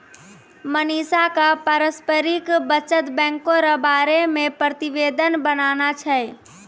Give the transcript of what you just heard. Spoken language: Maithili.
मनीषा क पारस्परिक बचत बैंको र बारे मे प्रतिवेदन बनाना छै